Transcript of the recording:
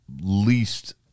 least